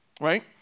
right